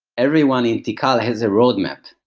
everyone in tikal has a roadmap,